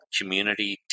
community